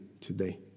today